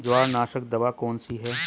जवारनाशक दवा कौन सी है?